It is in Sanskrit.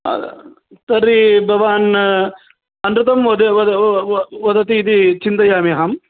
तर्हि भवान् अनृतं व वदति इति चिन्तयामि अहम्